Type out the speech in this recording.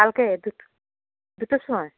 কালকে দুটো দুটো সময়